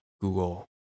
Google